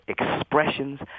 expressions